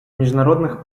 міжнародних